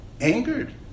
angered